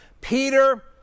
Peter